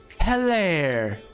Hello